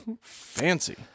fancy